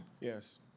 Yes